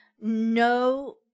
no